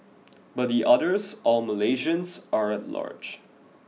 but the others all Malaysians are at large